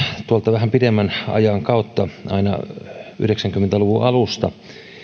vähän pidemmän ajan kautta aina yhdeksänkymmentä luvun alusta